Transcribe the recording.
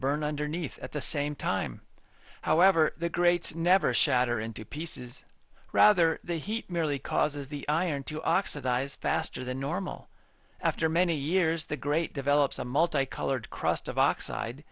burn underneath at the same time however the grates never shatter into pieces rather the heat merely causes the iron to oxidize faster than normal after many years the great develops a multicolored crust of oxide